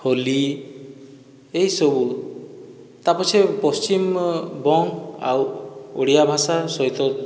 ହୋଲି ଏହିସବୁ ତା ପଛେ ପଶ୍ଚିମ ବଙ୍ଗ ଆଉ ଓଡ଼ିଆ ଭାଷା ସହିତ